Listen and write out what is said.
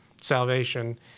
salvation